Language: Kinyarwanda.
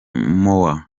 moore